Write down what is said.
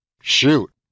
Shoot